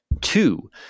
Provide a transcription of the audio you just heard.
Two